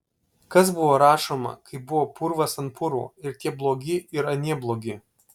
kas buvo rašoma kai buvo purvas ant purvo ir tie blogi ir anie blogi